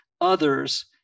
others